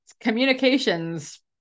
communications